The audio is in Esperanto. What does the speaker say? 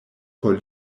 por